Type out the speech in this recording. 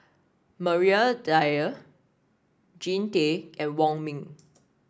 Maria Dyer Jean Tay and Wong Ming